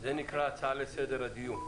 זה נקרא הצעה לסדר הדיון.